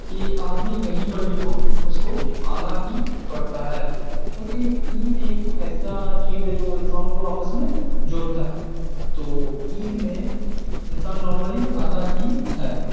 کہ آدمی کہیں پر بھی ہو اس کو آنا ہی پڑتا ہے کیونکہ عید ایک ایسا چیز ہے جو انسانوں کو آپس میں جوڑتا ہے تو عید میں انسان نارملی آتا ہی ہے